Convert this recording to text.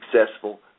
successful